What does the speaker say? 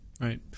Right